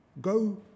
Go